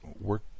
work